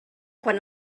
quan